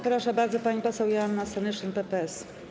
Proszę bardzo, pani poseł Joanna Senyszyn, PPS.